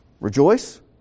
Rejoice